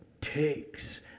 takes